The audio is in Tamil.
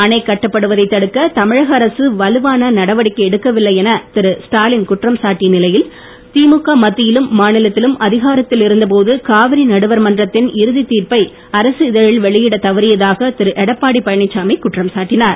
அணை கட்டப்படுவதை தடுக்க தமிழக அரசு வலுவான நடவடிக்கை எடுக்கவில்லை என திரு ஸ்டாலின் குற்றம் சாட்டிய நிலையில் திமுக மத்தியிலும் மாநிலத்திலும் அதிகாரத்தில் இருந்த போது காவிரி நடுவர் மன்றத்தின் இறுதி தீர்ப்பை அரசிதழில் வெளியிடத் தவறியதாக திரு எடப்பாடி பழனிச்சாமி குற்றம் சாட்டினார்